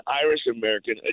Irish-American